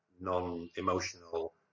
non-emotional